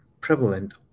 prevalent